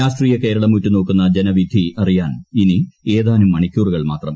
രാഷ്ട്രീയ കേരളം ഉറ്റുനോക്കുന്ന ജനവിധി അറിയാൻ ഇനി ഏതാനും മണിക്കൂറുകൾ മാത്രം